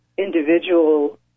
individual